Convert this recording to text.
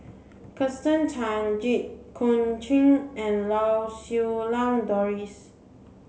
Kirsten Tan Jit Koon Ch'ng and Lau Siew Lang Doris